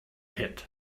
hit